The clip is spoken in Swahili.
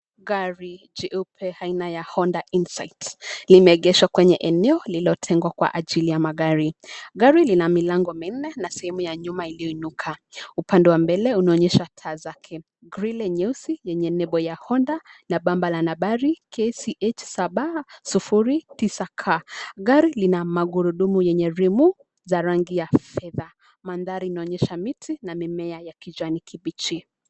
Gari, jeupe aina ya Honda Insight , limeegeshwa kwenye eneo lilotengwa kwa ajili ya magari, gari lina milango minne na sehemu ya nyuma iliyoinuka, upande wa mbele unaonyesha taa zake, grili nyeusi yenye nembo ya Honda na bamba la nambari, KCH 709K , gari lina magurudumu yenye rimu, za rangi ya fedha, mandhari inaonyesha miti na mimea ya kijani kibichi.